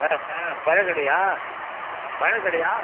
ஆ ஆ பழக்கடையா பழக்கடையா